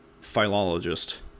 philologist